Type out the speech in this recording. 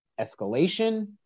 escalation